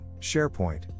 SharePoint